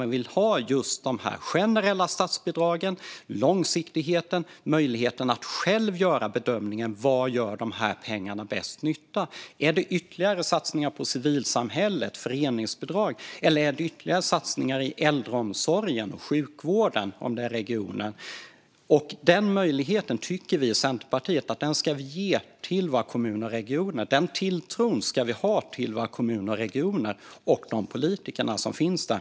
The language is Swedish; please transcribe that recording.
De vill ha generella statsbidrag, långsiktighet och möjlighet att själva bedöma var pengarna gör bäst nytta. Är det ytterligare satsningar på civilsamhället, föreningsbidrag eller ytterligare satsningar i äldreomsorgen och sjukvården i regionen? Den möjligheten tycker vi i Centerpartiet att kommuner och regioner ska ha. Den tilltron ska man ha till kommuner och regioner och till de politiker som finns där.